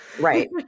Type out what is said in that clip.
right